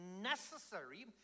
necessary